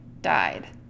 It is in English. died